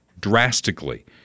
drastically